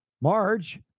Marge